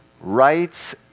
rights